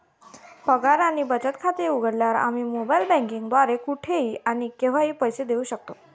पगार आणि बचत खाते उघडल्यावर, आम्ही मोबाइल बँकिंग द्वारे कुठेही आणि केव्हाही पैसे देऊ शकतो